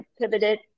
pivoted